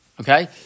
Okay